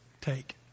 take